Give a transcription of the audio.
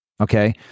Okay